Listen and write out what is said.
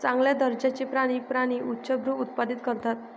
चांगल्या दर्जाचे प्राणी प्राणी उच्चभ्रू उत्पादित करतात